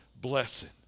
blessing